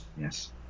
Yes